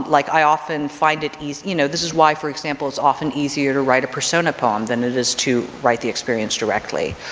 like i often find it easy, you know this is why for example is often easier to write a persona poem than it is to write the experience directly.